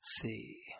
see